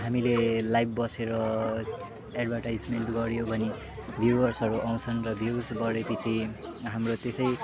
हामीले लाइभ बसेर एड्भटाइजमेन गऱ्यो भने भिवर्सहरू आउँछन् र भिउज बढेपिछि हाम्रो त्येसै